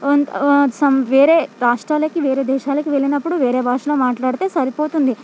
సం వేరే రాష్ట్రాలకి వేరే దేశాలకి వెళ్ళినప్పుడు వేరే భాషలో మాట్లాడితే సరిపోతుంది